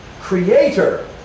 Creator